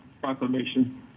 proclamation